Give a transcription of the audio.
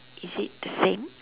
is it the same